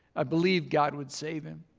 i believed god would save him.